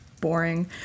boring